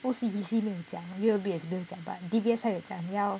O_C_B_C 没有讲 U_O_B 也是没有讲 but D_B_S 它有讲要